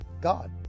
God